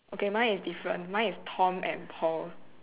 okay mine is different mine is Tom and Paul